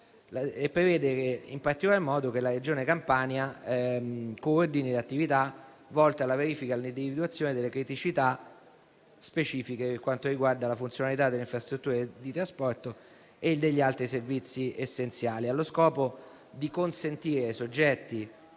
prevede in particolar modo che la Regione Campania coordini le attività volte alla verifica e all'individuazione delle criticità specifiche per quanto riguarda la funzionalità delle infrastrutture di trasporto e degli altri servizi essenziali, allo scopo di consentire ai soggetti